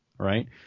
Right